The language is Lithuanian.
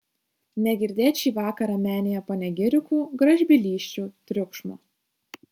negirdėt šį vakarą menėje panegirikų gražbylysčių triukšmo